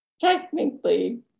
technically